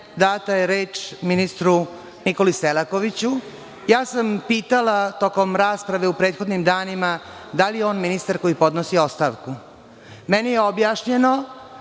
data je reč ministru Nikoli Selakoviću. Pitala sam tokom rasprave u prethodnim danima da li je on ministar koji podnosi ostavku. Meni je objašnjeno,